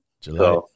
July